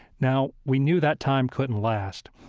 now, we knew that time couldn't last,